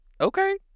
okay